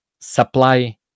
supply